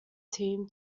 team